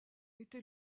été